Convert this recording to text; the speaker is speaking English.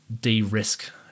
de-risk